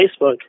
Facebook